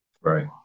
Right